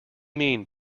mean